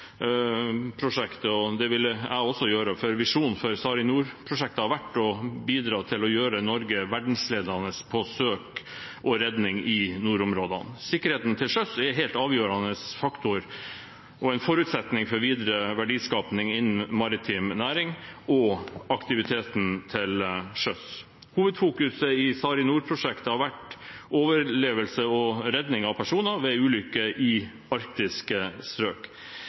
Det vil jeg også gjøre, for visjonen for SARiNOR-prosjektet har vært å bidra til å gjøre Norge verdensledende på søk og redning i nordområdene. Sikkerheten til sjøs er en helt avgjørende faktor og en forutsetning for videre verdiskaping innen maritim næring og for aktiviteten til sjøs. Hovedfokuset i SARiNOR-prosjektet har vært overlevelse og redning av personer ved ulykker i arktiske strøk.